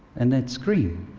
and that's green.